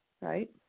right